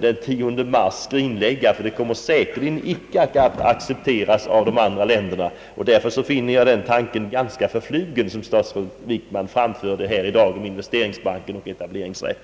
den 10 mars, ty de kommer säkerligen inte att accepieras av de andra länderna. Därför tycker jag att den tanke är ganska förflugen som statsrådet Wickman framförde i dag om investeringsbanken och etableringsrätten.